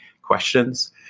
questions